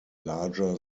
larger